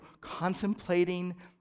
contemplating